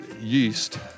yeast